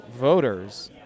voters